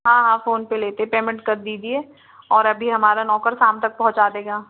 हाँ हाँ फोनपे लेते हैं पेमेंट कर दीजिए और अभी हमारा नौकर शाम तक पहुँचा देगा